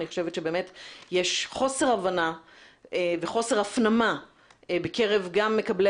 אני חושבת שבאמת יש חוסר הבנה וחוסר הפנמה בקרב מקבלי